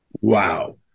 Wow